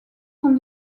sont